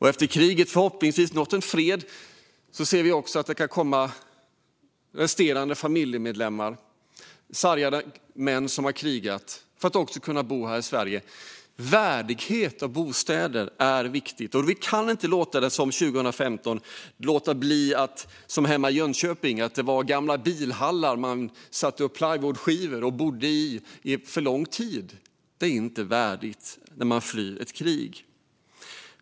När det förhoppningsvis blir fred kan det också komma familjemedlemmar hit i form av sargade män som har krigat. Värdiga bostäder är viktigt. Vi kan inte som 2015 hemma i Jönköping sätta upp plywoodskivor i gamla bilhallar och låta folk bo där alldeles för länge. Det är inte värdigt den som flyr från krig.